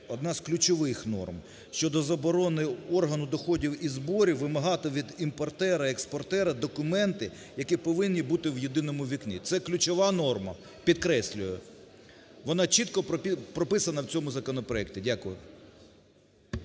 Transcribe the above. Одна з ключових норм – щодо заборони органам доходів і зборів вимагати від імпортера, експортера документи, які повинні бути в "єдиному вікні". Це ключова норма, підкреслюю. Вона чітко прописана в цьому законопроекті. Дякую.